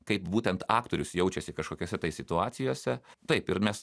kaip būtent aktorius jaučiasi kažkokiose situacijose taip ir mes